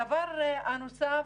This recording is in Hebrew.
הדבר הנוסף,